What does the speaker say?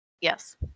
Yes